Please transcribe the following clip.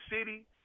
city